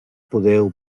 podeu